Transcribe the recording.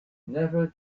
never